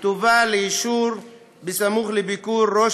שתובא לאישור סמוך לביקור ראש